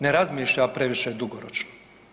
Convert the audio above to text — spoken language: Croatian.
Ne razmišlja previše dugoročno.